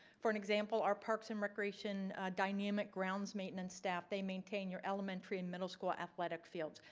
for an example our parks and recreation dynamic grounds maintenance staff, they maintain your elementary and middle school athletic fields.